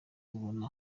ubona